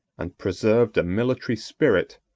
and preserved a military spirit,